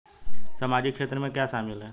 सामाजिक क्षेत्र में क्या शामिल है?